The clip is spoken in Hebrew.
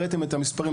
ראיתם את המספרים,